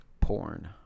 Porn